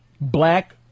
black